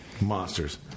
Monsters